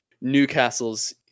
Newcastle's